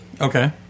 okay